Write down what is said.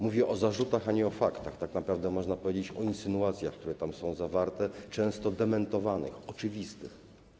Mówię o zarzutach, a nie faktach, tak naprawdę można powiedzieć: o insynuacjach, które tam są zawarte, często dementowanych, oczywistych.